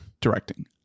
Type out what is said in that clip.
directing